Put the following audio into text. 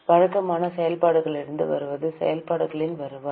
வழக்கமான செயல்பாடுகளிலிருந்து வருவது செயல்பாடுகளின் வருவாய்